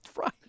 Right